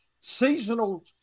seasonal